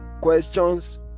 questions